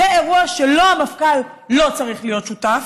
זה אירוע שלו המפכ"ל לא צריך להיות שותף.